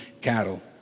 cattle